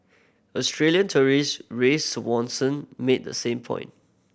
Australian tourist Ray Swanson made the same point